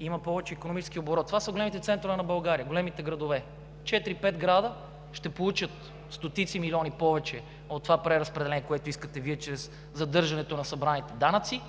има повече икономически оборот. Това са големите центрове на България. Големите градове – четири-пет града, ще получат стотици милиони повече от това преразпределение, което искате Вие чрез задържането на събраните данъци,